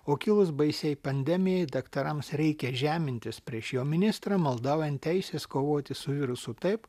o kilus baisiai pandemijai daktarams reikia žemintis prieš jo ministrą maldaujant teisės kovoti su virusu taip